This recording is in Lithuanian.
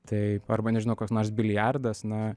tai arba nežinau koks nors biliardas na